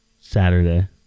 Saturday